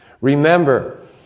Remember